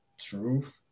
truth